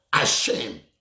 ashamed